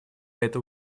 это